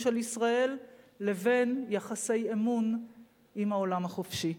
של ישראל לבין יחסי אמון עם העולם החופשי.